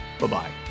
bye-bye